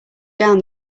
down